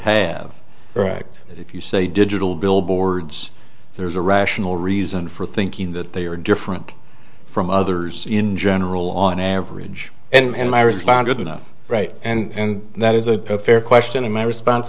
have right if you say digital billboards there's a rational reason for thinking that they are different from others in general on average and i responded not right and that is a fair question and my response